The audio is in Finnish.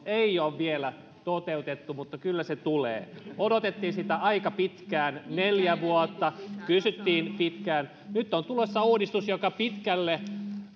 ei ole vielä toteutettu mutta kyllä se tulee odotettiin sitä aika pitkään neljä vuotta kysyttiin pitkään nyt on tulossa uudistus joka pitkälle